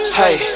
hey